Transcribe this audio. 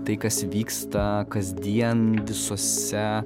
tai kas vyksta kasdien visuose